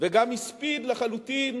וגם הספיד לחלוטין